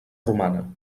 romana